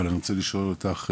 אבל אני רוצה לשאול אותך,